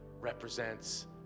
represents